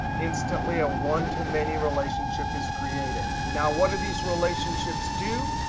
instantly a one-to-many relationship is created. now, what do these relationships do?